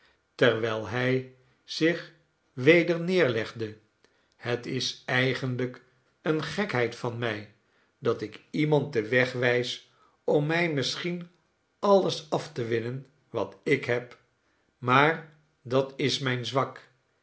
terwijl hij zich weder neerlegde het is eigenlijk eene gekheid van mij dat ik iemand den weg wijs om mij misschien alles af te winnen wat ik heb maar dat is mijn zwak